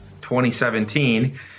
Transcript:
2017